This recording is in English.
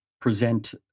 present